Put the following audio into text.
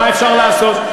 מה אפשר לעשות?